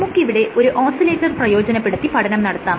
നമുക്ക് ഇവിടെ ഒരു ഓസിലേറ്റർ പ്രയോജനപ്പെടുത്തി പഠനം നടത്താം